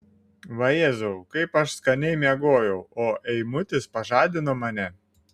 vajezau kaip aš skaniai miegojau o eimutis pažadino mane